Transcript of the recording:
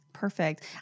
Perfect